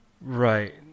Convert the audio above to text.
Right